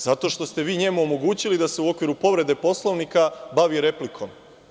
Zato što ste vi njemu omogućili da se u okviru povrede Poslovnika bavi replikom.